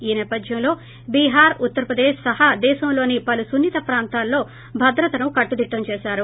ఈ సేపథ్చంలో బిహోర్ ఉత్తరప్రదేశ్ సహా దేశంలోని పలు సున్నిత ప్రాంతాల్లో భద్రతను కట్టుదిట్లం చేశారు